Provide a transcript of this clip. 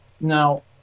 Now